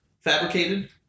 fabricated